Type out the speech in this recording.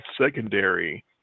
secondary